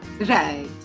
right